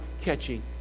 catching